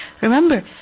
Remember